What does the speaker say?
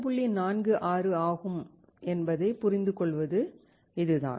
46 ஆகும் என்பதைப் புரிந்துகொள்வது இதுதான்